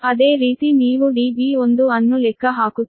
ಅದೇ ರೀತಿ ನೀವು Db1 ಅನ್ನು ಲೆಕ್ಕ ಹಾಕುತ್ತೀರಿ